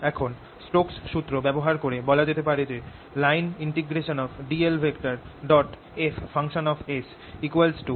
এখন স্টোকস সুত্র ব্যবহার করে বলা যেতে পারে যে dl f ʃds xf